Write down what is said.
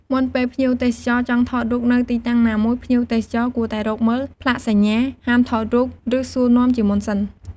មុនពេលភ្ញៀវទេសចរចង់ថតរូបនៅទីតាំងណាមួយ ភ្ញៀវទេសចរគួរតែរកមើលស្លាកសញ្ញា "ហាមថតរូប" ឬសួរនាំជាមុនសិន។